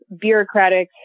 bureaucratic